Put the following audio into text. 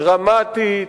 דרמטית,